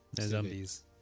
zombies